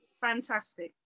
Fantastic